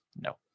no